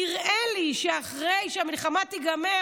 נראה לי שאחרי שהמלחמה תיגמר,